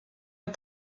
est